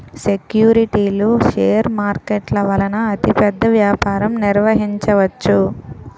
సెక్యూరిటీలు షేర్ మార్కెట్ల వలన అతిపెద్ద వ్యాపారం నిర్వహించవచ్చు